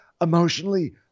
emotionally